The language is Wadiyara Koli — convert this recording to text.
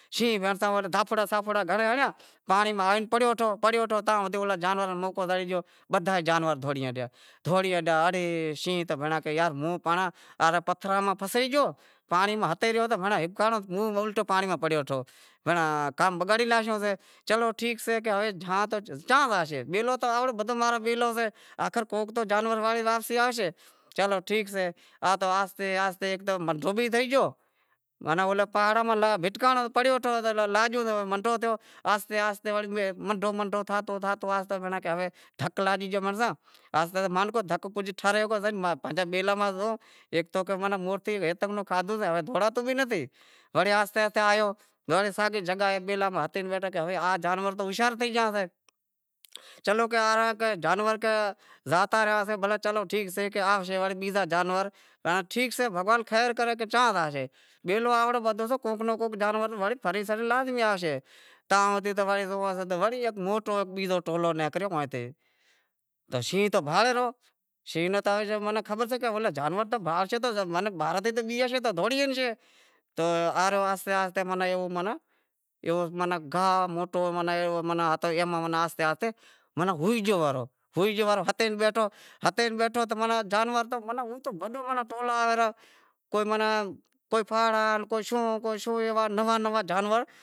شینہں بھینڑساں دھاپھوڑا باپھوڑا گھنڑیئی ہنڑیا، پانڑی ماں پڑیو تو بدہا ئی جانور دہوڑی ہالیا، دہوڑی ہالیا تو اڑے، شینہں کہے یار ہوں تاں باہر پتھراں ماہ فاسے گیو پانڑی ماہ ہتے رہیو تو ہوں الٹو پانری ماہ پڑیو تھو۔ بھینڑیاں کام بگاڑی لاشیو سو۔ چلو ٹھیک سئے ہوے زاشیں تو چاں زانشیں بیلو تو بدہو ماں رو بیلو سئے آخر کوہک تہ جانور واپشی آوشے۔ چلو ٹھیک سئے، آہستے آہستے آخر منڈو بھی تھئی گیو آخر پہاڑاں ماں ہالتے منڈو بھی تھئی گیو، آہستے آہستے زاتو بھینڑاں ہوے دھک لاگی گیو بھینڑساں، دھک مان کو ٹھرے پسے بیلاں ماہ تو زوئوں، ہیک تو ماں ناں ہیک تو ماں کھادہو سئے دہوڑاتو بھی ناں سئے وڑے آہستے آہستے آیو وڑے ساگی جگھہ بیلاں ماہ ہتی ئی بیٹھو سے بھلاں ہوے جانور تو ہوشیار تھے گیا سے چلو کہ جانور تو زاتا رہیا سے چلو ٹھیک سے آوشیں وڑے بیزا جانور۔ ٹھیک سئے بھگوان خیر کرے چاں زاشیں؟ بیلو آپنڑو بدہو سو تو کوہک ناں کوہک جانور لازمی فری آوشے تاں وڑی زوئے تو وڑی ایک بیزو موٹو ٹولو نیکریو تو شینہں تو بھاڑی رو تو آ ارہو آہستے آہستے تو ہتے ئی بیٹھو تو جانور تو بھینڑاں ہڈے ماہ وڈا ٹولا آویں ارہا۔ کوئی پھاڑا، کو شوں کو شوں ایئں نواں نواں جانور